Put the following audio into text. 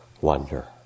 wonder